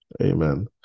Amen